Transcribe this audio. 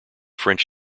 french